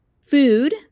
food